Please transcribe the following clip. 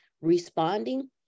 responding